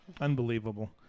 unbelievable